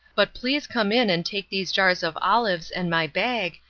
but please come in and take these jars of olives and my bag,